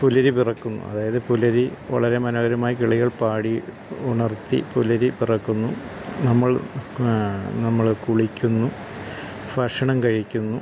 പുലരി പിറക്കുന്നു അതായത് പുലരി വളരെ മനോഹരമായി കിളികൾ പാടി ഉണർത്തി പുലരി പിറക്കുന്നു നമ്മൾ നമ്മൾ കുളിക്കുന്നു ഭക്ഷണം കഴിക്കുന്നു